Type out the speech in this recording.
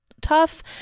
tough